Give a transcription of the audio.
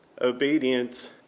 obedience